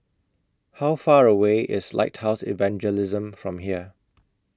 How Far away IS Lighthouse Evangelism from here